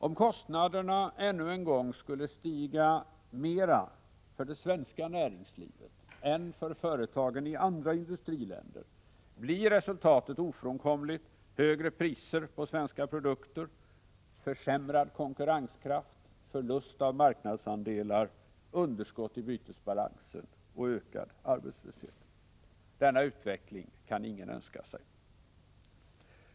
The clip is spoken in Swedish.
Om kostnaderna ännu en gång stiger mera för det svenska näringslivet än för företagen i andra industriländer, blir resultatet ofrånkomligen högre priser på svenska produkter, försämrad konkurrenskraft, förlust av marknadsandelar, underskott i bytesbalansen och ökad arbetslöshet. Denna utveckling kan ingen Önska sig.